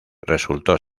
resultó